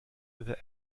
the